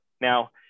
Now